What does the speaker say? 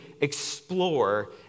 explore